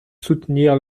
soutenir